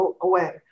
away